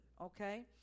okay